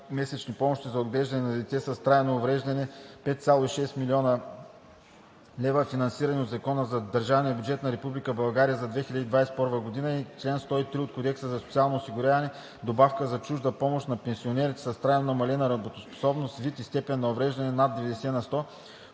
месечни помощи за отглеждане на дете с трайно увреждане (5,6 млн. лв. – финансирани от Закона за държавния бюджет на Република България за 2021 г.) и чл. 103 от Кодекса за социално осигуряване – добавка за чужда помощ на пенсионерите с трайно намалена работоспособност/вид и степен на увреждане над 90 на сто,